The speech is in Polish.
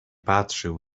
patrzył